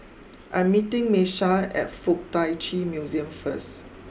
I'm meeting Miesha at Fuk Tak Chi Museum first